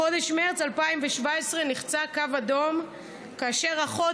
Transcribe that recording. בחודש מרס 2017 נחצה קו אדום כאשר אחות